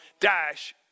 dash